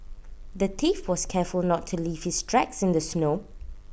the thief was careful not to leave his tracks in the snow